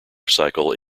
cycle